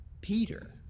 peter